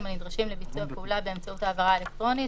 הנדרשים לביצוע פעולה באמצעות העברה אלקטרונית,"